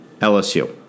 LSU